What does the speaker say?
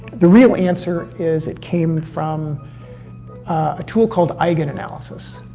the real answer is it came from a tool called eigenanalysis.